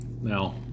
Now